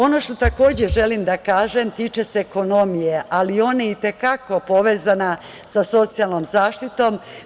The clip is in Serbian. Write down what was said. Ono što takođe želim da kažem tiče se ekonomije, ali ona je i te kako povezano sa socijalnom zaštitom.